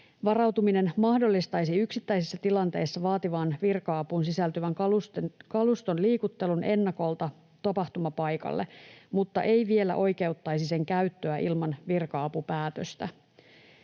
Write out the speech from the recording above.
Varautuminen mahdollistaisi yksittäisissä tilanteissa vaativaan virka-apuun sisältyvän kaluston liikuttelun ennakolta tapahtumapaikalle mutta ei vielä oikeuttaisi sen käyttöä ilman virka-apupäätöstä.